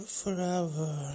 forever